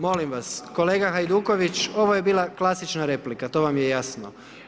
Molim vas, kolega Hajduković, ovo je bila klasična replika, to vam je jasno.